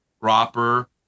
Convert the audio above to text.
proper